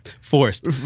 Forced